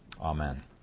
Amen